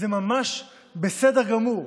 זה ממש בסדר גמור,